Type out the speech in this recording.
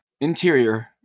Interior